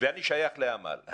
ואני שייך לעמל.